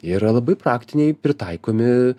jie yra labai praktiniai pritaikomi